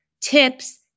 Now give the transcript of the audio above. tips